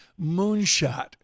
moonshot